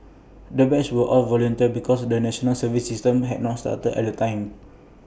the batch were all volunteers because the National Service system had not started at the time